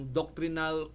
doctrinal